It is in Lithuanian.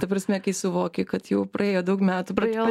ta prasm suvoki kad jau praėjo daug metų praėjo